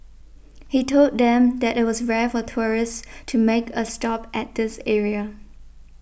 he told them that it was rare for tourists to make a stop at this area